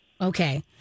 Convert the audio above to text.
Okay